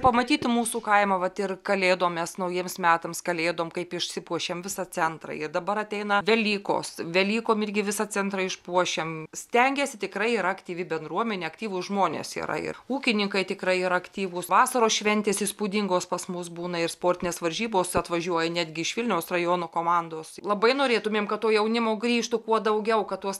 pamatytų mūsų kaimą vat ir kalėdom mes naujiems metams kalėdom kaip išsipuošėm visą centrą ir dabar ateina velykos velykom irgi visą centrą išpuošiam stengiesi tikrai yra aktyvi bendruomenė aktyvūs žmonės yra ir ūkininkai tikrai yra aktyvūs vasaros šventės įspūdingos pas mus būna ir sportinės varžybos atvažiuoja netgi iš vilniaus rajono komandos labai norėtumėm kad to jaunimo grįžtų kuo daugiau kad tuos